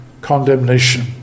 condemnation